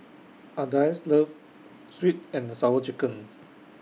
Ardyce loves Sweet and Sour Chicken